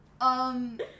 um-